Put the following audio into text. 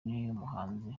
umuhanzi